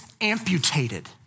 amputated